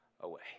away